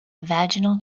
vaginal